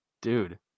Dude